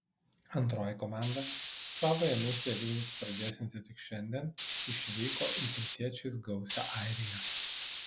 antroji komanda savąją misiją vykdyti pradėsianti tik šiandien išvyko į tautiečiais gausią airiją